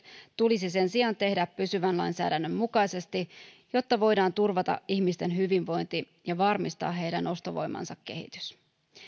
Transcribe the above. tulisi sen sijaan tehdä pysyvän lainsäädännön mukaisesti jotta voidaan turvata ihmisten hyvinvointi ja varmistaa heidän ostovoimansa kehitys